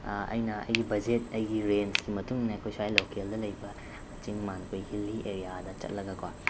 ꯑꯩꯅ ꯑꯩꯒꯤ ꯕꯖꯦꯠ ꯑꯩꯒꯤ ꯔꯦꯟꯖꯀꯤ ꯃꯇꯨꯡ ꯏꯟꯅ ꯑꯩꯈꯣꯏ ꯁ꯭ꯋꯥꯏ ꯂꯣꯀꯦꯜꯗ ꯂꯩꯕ ꯆꯤꯡ ꯃꯥꯟ ꯑꯩꯈꯣꯏ ꯍꯤꯜꯂꯤ ꯑꯦꯔꯤꯌꯥꯗ ꯆꯠꯂꯒꯀꯣ